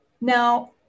Now